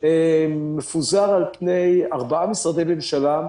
מפוזר על פני ארבעה משרדי ממשלה,